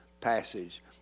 passage